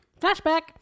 Flashback